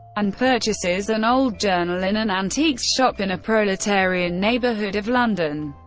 and purchases an old journal in an antiques shop in a proletarian neighborhood of london.